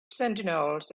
sentinels